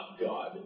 God